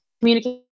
communicate